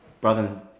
brother